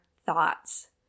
thoughts